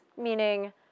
meaning